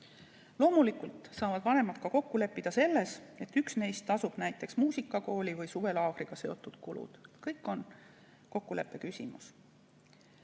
Loomulikult saavad vanemad kokku leppida ka selles, et üks neist tasub näiteks muusikakooli või suvelaagriga seotud kulud. Kõik on kokkuleppe küsimus.